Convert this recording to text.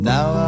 Now